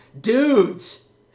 Dudes